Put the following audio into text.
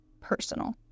personal